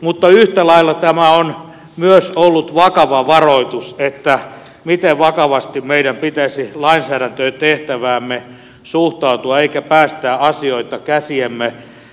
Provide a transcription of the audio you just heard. mutta yhtä lailla tämä on myös ollut vakava varoitus että miten vakavasti meidän pitäisi lainsäädäntötehtäväämme suhtautua eikä päästää asioita käsiemme läpi